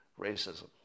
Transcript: racism